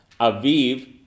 Aviv